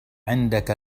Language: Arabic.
عندك